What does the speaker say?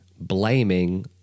blaming